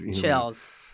Chills